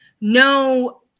no